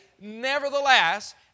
nevertheless